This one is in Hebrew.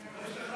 אל תעשה לי את זה.